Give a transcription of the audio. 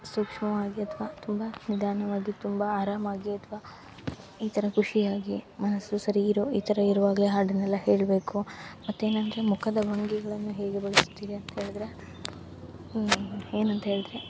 ಸೂಕ್ಷ್ಮವಾಗಿ ಅಥವಾ ತುಂಬ ನಿಧಾನವಾಗಿ ತುಂಬ ಆರಾಮಾಗಿ ಅಥವಾ ಈ ಥರ ಖುಷಿಯಾಗಿ ಮನಸ್ಸು ಸರಿ ಇರೋ ಈ ಥರ ಇರುವಾಗಲೇ ಹಾಡನ್ನೆಲ್ಲ ಹೇಳಬೇಕು ಮತ್ತೇನು ಅಂದರೆ ಮುಖದ ಭಂಗಿಗಳನ್ನು ಹೇಗೆ ಬಳಸುತ್ತೀರಿ ಅಂತ ಹೇಳಿದ್ರೆ ಏನಂತ ಹೇಳಿದ್ರೆ